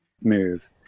move